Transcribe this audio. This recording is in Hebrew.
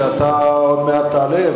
שאתה עוד מעט תעלה,